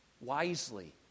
wisely